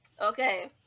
okay